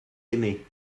aimées